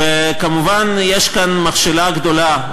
כמובן יש כאן מכשלה גדולה,